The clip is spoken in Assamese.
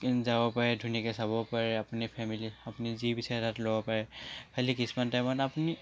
যাব পাৰে ধুনীয়াকৈ চাব পাৰে আপুনি ফেমেলী আপুনি যি বিচাৰে তাত ল'ব পাৰে খালী কিছুমান টাইমত আপুনি